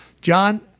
John